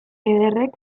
ederrek